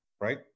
right